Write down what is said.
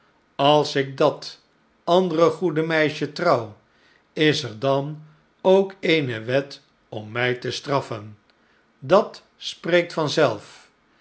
als ik dat andere goede meisje trouw is er dan ook eene wet om mij te straffen dat spreekt